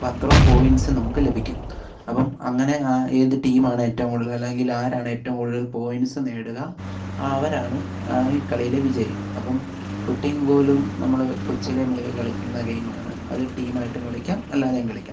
അപ്പോൾ അത്രയും പോയിൻസ് നമുക്ക് ലഭിക്കും അപ്പം അങ്ങനെ ഏത് ടീമാണ് ഏറ്റവും കൂടുതൽ അല്ലെങ്കിൽ ആരാണ് ഏറ്റവും കൂടുതൽ പോയിൻസ് നേടുക അവരാണ് ഈ കളിയിലെ വിജയി അപ്പം കുട്ടിയും കോലും നമ്മൾ കൊച്ചിലെ മുതൽ കളിക്കുന്ന ഗെയിമാണ് അത് ടീമായിട്ട് കളിക്കാം അല്ലാതെയും കളിക്കാം